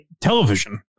television